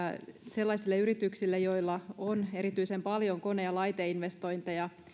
sellaisille yrityksille joilla on erityisen paljon kone ja laiteinvestointeja niin